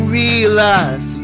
realize